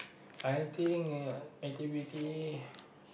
I think uh activity